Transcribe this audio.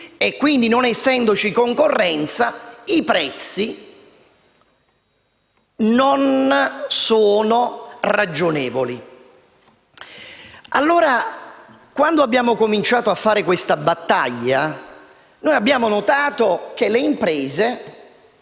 e quindi, non essendoci concorrenza, i prezzi non erano ragionevoli. E, quando abbiamo cominciato a fare battaglia, abbiamo notato che le imprese,